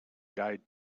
guide